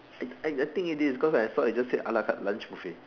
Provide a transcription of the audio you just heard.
I I I think it is cause I saw it just said a-la-carte lunch buffet